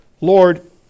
Lord